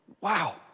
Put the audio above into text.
wow